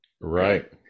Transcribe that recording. Right